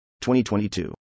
2022